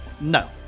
No